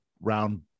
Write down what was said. round